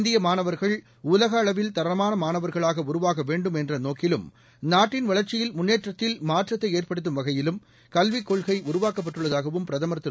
இந்திய மாணவர்கள் உலக அளவில் தரமான மாணவர்களாக உருவாக வேண்டும் என்ற நோக்கிலும் நாட்டின் வளா்ச்சியில் முன்னேற்றத்தில் மாற்றத்தை ஏற்படுத்தும் வகையிலும் கல்விக் கொள்கை உருவாக்கப்பட்டுள்ளதாகவும் பிரதமர் திரு